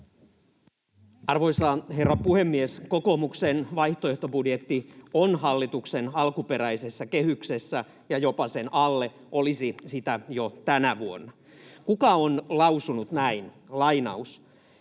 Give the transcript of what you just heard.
Arvoisa herra puhemies! Kokoomuksen vaihtoehtobudjetti on hallituksen alkuperäisessä kehyksessä ja jopa sen alle, olisi sitä jo tänä vuonna. Kuka on lausunut näin: